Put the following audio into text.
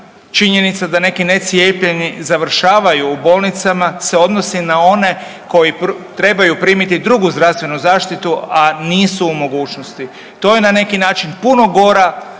činjenica da neki necijepljeni završavaju u bolnicama se odnosi na one koji trebaju primiti drugu zdravstvenu zaštitu, a nisu u mogućnosti. To je na neki način puno gora